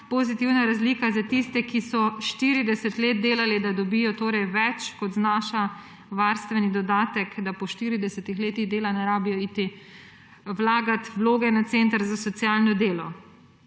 pozitivna razlika za tiste, ki so delali 40 let, da dobijo torej več, kot znaša varstveni dodatek, da jim po 40 letih dela ni treba iti vlagat vloge na center za socialno delo.